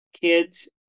kids